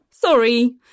Sorry